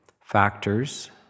factors